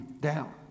down